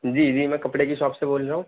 جی جی میں کپڑے کی شاپ سے بول رہا ہوں